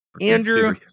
Andrew